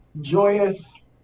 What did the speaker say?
joyous